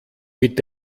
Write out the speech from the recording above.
mit